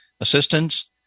assistance